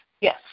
Yes